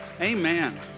Amen